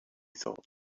thought